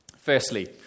Firstly